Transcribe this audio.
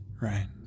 Right